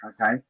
okay